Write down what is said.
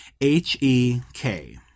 H-E-K